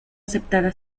aceptada